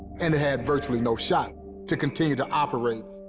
and it had virtually no shot to continue to operate.